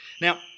Now